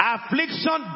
Affliction